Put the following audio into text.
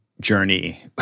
journey